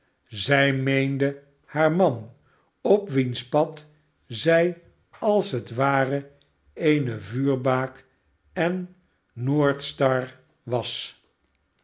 zij meende haar man op wiens pad zij als het ware eene vuurbaak en noordstar was